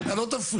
אתה לא תפריע.